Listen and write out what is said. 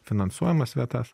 finansuojamas vietas